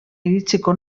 iritsiko